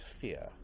fear